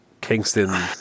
Kingston